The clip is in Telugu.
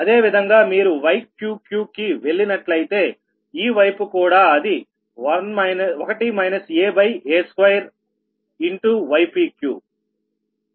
అదేవిధంగా మీరు Yqqకి వెళ్ళినట్లయితేఈ వైపు కూడా అది 1 aa2 ypq